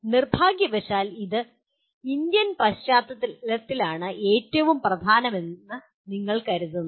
നിർഭാഗ്യവശാൽ ഇത് ഇന്ത്യൻ പശ്ചാത്തലത്തിലാണ് ഏറ്റവും പ്രധാനമെന്ന് നിങ്ങൾ കരുതുന്നത്